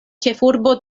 ĉefurbo